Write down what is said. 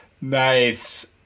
Nice